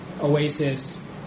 oasis